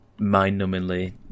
mind-numbingly